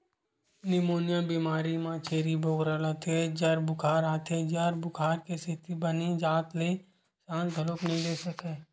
pneumonia बेमारी म छेरी बोकरा ल तेज जर बुखार आथे, जर बुखार के सेती बने जात ले सांस घलोक नइ ले सकय